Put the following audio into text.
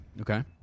Okay